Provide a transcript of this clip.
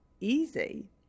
easy